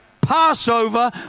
Passover